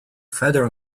feather